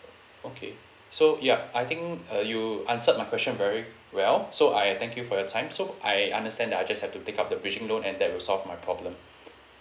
okay so yup I think uh you answered my question very well so I thank you for your time so I understand that I just have to take up the breaching loan and that will solve my problem